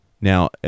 Now